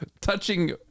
touching